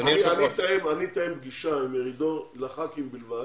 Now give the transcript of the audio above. אתאם פגישה עם מרידור לח"כים בלבד.